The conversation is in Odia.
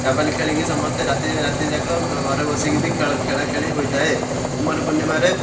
ଡାବାଲି ଖେଳିକି ସମସ୍ତେ ରାତି ରାତିଯାକ ଘରେ ବସିକିରି ଖେଳ ଖେଳାଖେଳି ହୋଇଥାଏ କୁମାର ପୂର୍ଣ୍ଣିମାରେ